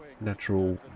natural